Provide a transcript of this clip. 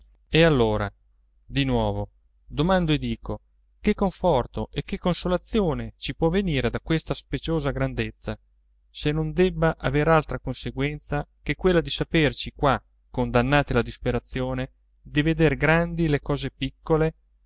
e allora di nuovo domando e dico che conforto e che consolazione ci può venire da questa speciosa grandezza se non debba aver altra conseguenza che quella di saperci qua condannati alla disperazione di veder grandi le cose piccole